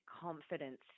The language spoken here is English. confidence